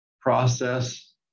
process